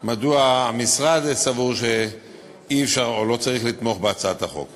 מדוע המשרד סבור שאי-אפשר או לא צריך לתמוך בהצעת החוק,